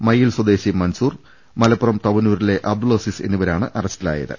മയ്യിൽ സ്വദേശി മൻസൂർ മലപ്പുറം തവന്നൂരിലെ അബ്ദുൽ അസീസ് എന്നിവരാണ് അറസ്റ്റിലായത്